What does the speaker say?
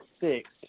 six